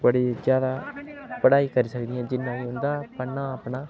बड़ी जादा पढ़ाई करी सकदियां जि'न्ना उं'दा पढ़ना अपना